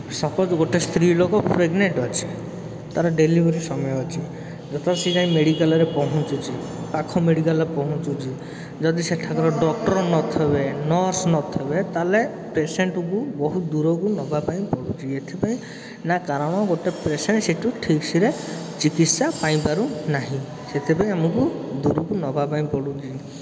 suppose ଗୋଟେ ସ୍ତ୍ରୀ ଲୋକ ପ୍ରେଗନେଣ୍ଟ୍ ଅଛି ତା'ର ଡେଲିଭରି ସମୟ ଅଛି ଯେତେବେଳେ ସେ ଯାଇ ମେଡ଼ିକାଲ୍ରେ ପହଞ୍ଚୁଛି ପାଖ ମେଡ଼ିକାଲ୍ରେ ପହଞ୍ଚୁଛି ଯଦି ସେଠାର ଡକ୍ଟର୍ ନଥବେ ନର୍ସ ନଥବେ ତାହେଲେ ପେସେଣ୍ଟ୍କୁ ବହୁତ ଦୂରକୁ ନେବାପାଇଁ ପଡ଼ୁଛି ଏଥିପାଇଁ ନା କାରଣ ଗୋଟେ ପେସେଣ୍ଟ୍ ସେଇଠୁ ଠିକ୍ସେରେ ଚିକିତ୍ସା ପାଇପାରୁନାହିଁ ସେଥିପାଇଁ ଆମକୁ ଦୂରକୁ ନେବାପାଇଁ ପଡ଼ୁଛି